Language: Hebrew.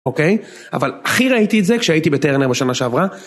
אוקיי? אבל הכי ראיתי את זה כשהייתי בטרנר בשנה שעברה.